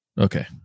Okay